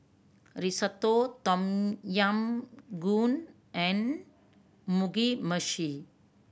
Risotto Tom Yam Goong and Mugi Meshi